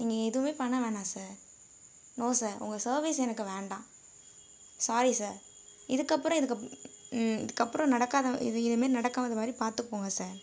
நீங்கள் எதுவும் பண்ண வேணாம் சார் நோ சார் உங்கள் சர்வீஸ் எனக்கு வேண்டாம் சாரி சார் இதுக்கப்புறம் இதுக்கப்புறம் நடக்காத இது இதுமாரி நடக்காத மாதிரி பார்த்துக்கோங்க சார்